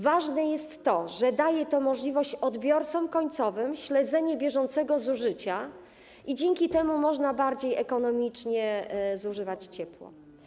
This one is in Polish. Ważne jest to, że daje to możliwość odbiorcom końcowym śledzenia bieżącego zużycia i dzięki temu można bardziej ekonomicznie zużywać ciepło.